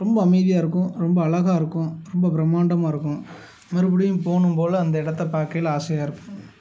ரொம்ப அமைதியாக இருக்கும் ரொம்ப அழகா இருக்கும் ரொம்ப பிரம்மாண்டமாக இருக்கும் மறுபடியும் போகணும் போலே அந்த இடத்த பார்க்கையில ஆசையாக இருக்கும்